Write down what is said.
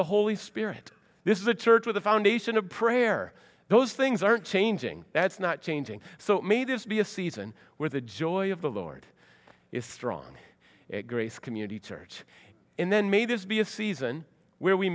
the holy spirit this is a church with a foundation of prayer those things aren't changing that's not changing so may this be a season where the joy of the lord is strong grace community church and then may this be a season where we